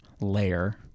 layer